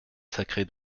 sacré